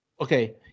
okay